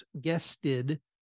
guested